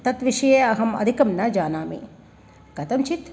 तद्विषये अहं अधिकं न जानामि कथंचित्